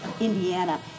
Indiana